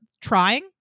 trying